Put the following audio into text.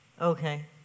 Okay